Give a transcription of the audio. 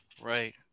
right